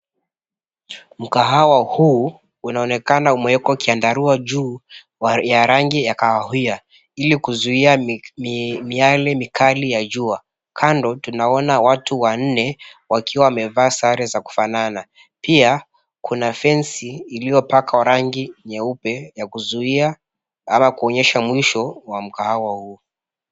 Mkahawa huu unaonekana umewekwa kiandarua juu ya rangi ya kahawia ili kuzuia miale mikali ya jua. Kando tunaona watu wanne wakiwa wamevaa sare za kufanana. Pia kuna fensi iliyopakwa rangi nyeupe ya kuzuia ama kuonyesha mwisho wa mkahawa huo.